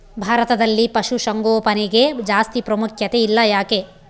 ಭಾರತದಲ್ಲಿ ಪಶುಸಾಂಗೋಪನೆಗೆ ಜಾಸ್ತಿ ಪ್ರಾಮುಖ್ಯತೆ ಇಲ್ಲ ಯಾಕೆ?